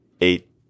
eight